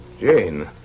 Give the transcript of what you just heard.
Jane